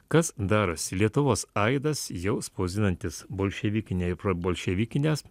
kas darosi lietuvos aidas jau spausdinantis bolševikinėj ir probolševikines